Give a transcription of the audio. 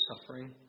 suffering